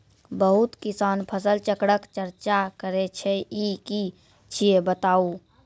बहुत किसान फसल चक्रक चर्चा करै छै ई की छियै बताऊ?